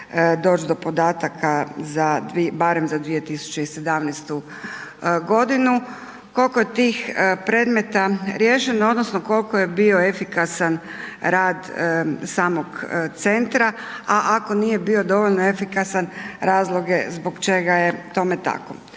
doć do podataka barem za 2017. godinu, koliko je tih predmeta riješeno odnosno koliko je bio efikasan rad samog centra, a ako nije bio dovoljno efikasan, razloge zbog čega je tome tako.